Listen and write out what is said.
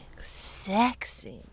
sexy